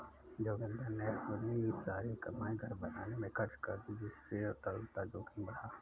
जोगिंदर ने अपनी सारी कमाई घर बनाने में खर्च कर दी जिससे तरलता जोखिम बढ़ा